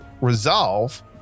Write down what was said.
resolve